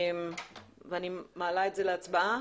אני מעלה את זה להצבעה.